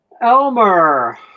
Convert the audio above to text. Elmer